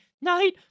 night